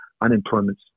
unemployment